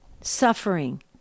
suffering